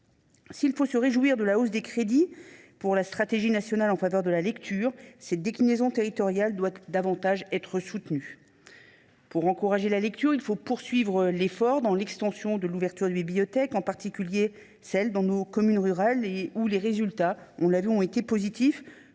S’il faut se réjouir de la hausse des crédits pour la stratégie nationale en faveur de la lecture, cette déclinaison territoriale doit être davantage soutenue. Pour encourager la lecture, il faut poursuivre l’effort d’extension des horaires d’ouverture des bibliothèques, en particulier dans nos communes rurales, où les résultats ont été positifs,